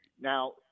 Now